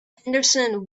henderson